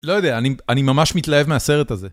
לא יודע, אני ממש מתלהב מהסרט הזה.